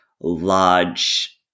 large